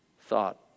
thought